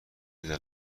دارم